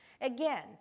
Again